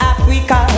Africa